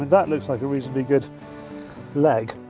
that looks like a reasonably good leg.